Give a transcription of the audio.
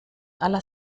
aller